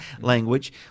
language